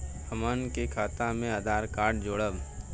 हमन के खाता मे आधार कार्ड जोड़ब?